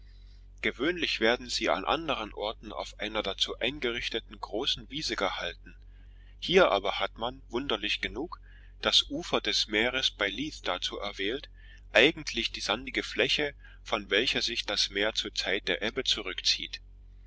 gewöhnlich werden sie an anderen orten auf einer dazu eingerichteten große wiese gehalten hier aber hat man wunderlich genug das ufer des meeres bei leith dazu erwählt eigentlich die sandige fläche von welcher sich das meer zur zeit der ebbe zurückzieht